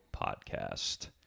Podcast